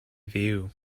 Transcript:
view